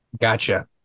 Gotcha